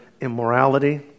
immorality